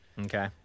Okay